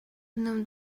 одном